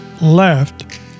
left